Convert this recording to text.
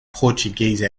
portuguese